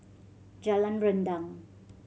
Jalan Rendang